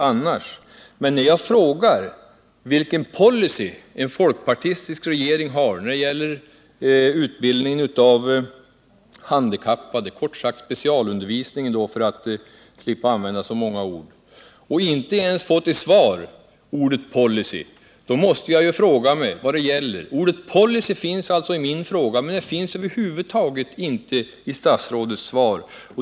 Men när jag frågar vilken policy folkpartiregeringen har när det gäller utbildningen för handikappade — specialundervisningen, för att slippa använda så många ord — och inte ens får till svar ordet policy, måste jag fråga mig hur det förhåller sig. Ordet policy finns i min fråga, men det finns över huvud taget inte i statsrådets svar.